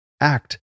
Act